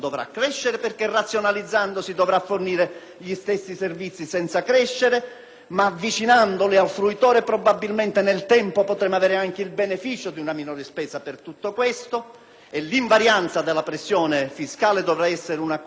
i servizi stessi al fruitore, probabilmente nel tempo potremmo anche avere il beneficio di una spesa minore. L'invarianza della pressione fiscale dovrà essere una cura che, attraverso il mantenimento del Patto di stabilità e di crescita, dovremo mantenere.